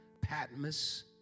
Patmos